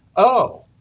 oh.